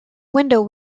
window